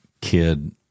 kid